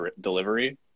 delivery